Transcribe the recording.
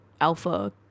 alpha